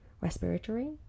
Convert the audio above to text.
respiratory